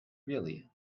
really